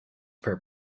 per